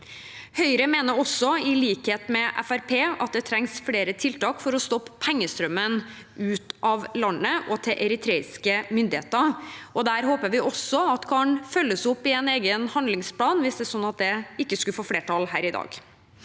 Høyre mener også, i likhet med Fremskrittspartiet, at det trengs flere tiltak for å stoppe pengestrømmen ut av landet og til eritreiske myndigheter. Det håper vi kan følges opp i en egen handlingsplan, hvis det er sånn at det ikke skulle få flertall her i dag.